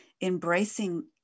embracing